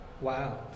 wow